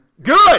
Good